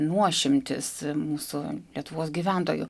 nuošimtis mūsų lietuvos gyventojų